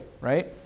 right